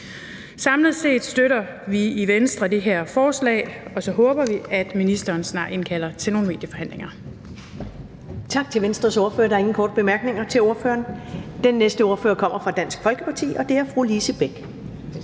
Samlet set støtter vi i Venstre det her forslag, og så håber vi, at ministeren snart indkalder til nogle medieforhandlinger.